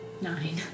Nine